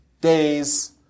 days